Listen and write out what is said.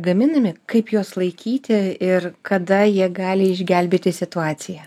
gaminami kaip juos laikyti ir kada jie gali išgelbėti situaciją